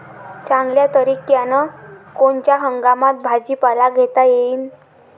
चांगल्या तरीक्यानं कोनच्या हंगामात भाजीपाला घेता येईन?